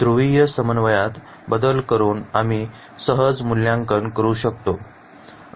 ध्रुवीय समन्वयात बदल करुन आम्ही सहज मूल्यांकन करू शकतो